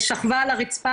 שכבה על הרצפה,